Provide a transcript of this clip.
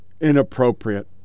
inappropriate